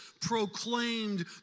proclaimed